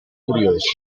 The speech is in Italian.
curiosi